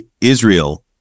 Israel